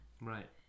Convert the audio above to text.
Right